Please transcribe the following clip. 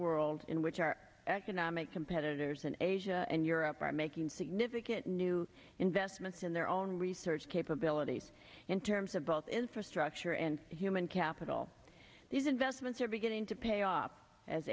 world in which our economic competitors and asia and europe are making significant new investments in their own research capabilities in terms of both infrastructure and human capital these investments are beginning to pay off as